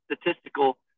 statistical